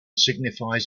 signifies